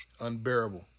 Unbearable